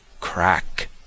Crack